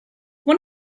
one